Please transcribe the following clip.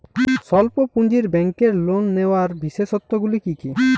স্বল্প পুঁজির ব্যাংকের লোন নেওয়ার বিশেষত্বগুলি কী কী?